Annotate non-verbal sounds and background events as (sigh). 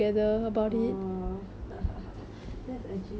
orh (laughs) that's actually so cute